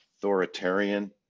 authoritarian